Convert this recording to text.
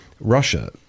Russia